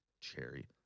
cherry